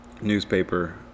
newspaper